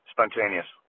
Spontaneous